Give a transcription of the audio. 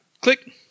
Click